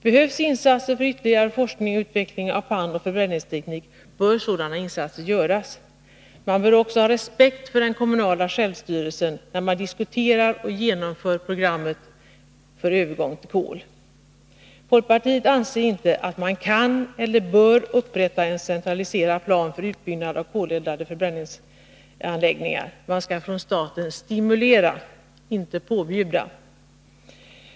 Behövs insatser för ytterligare forskning och utveckling av pannoch förbränningsteknik, bör sådana insatser göras. Man bör också ha respekt för den kommunala självstyrelsen, när man diskuterar och genomför programmet för övergång till kol. Folkpartiet anser inte att man kan eller bör upprätta en centraliserad plan för utbyggnad av koleldade förbränningsanläggningar. Man skall från staten stimulera, inte påbjuda!